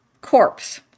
corpse